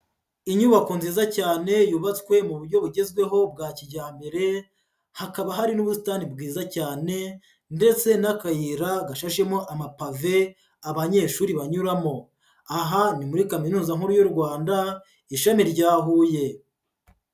Inyubako nziza cyane yubatswe mu buryo bugezweho bwa kijyambere hakaba hari n'ubusitani bwiza cyane ndetse n'akayira gashashemo amapave abanyeshuri banyuramo. Aha ni muri Kaminuza nkuru y'u Rwanda ishami rya Huye.